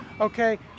okay